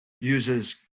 uses